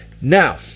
Now